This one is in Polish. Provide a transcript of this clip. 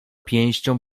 pięścią